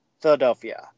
Philadelphia